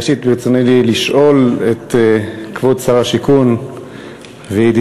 ראשית ברצוני לשאול את כבוד שר השיכון וידידי